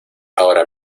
ahora